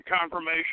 confirmation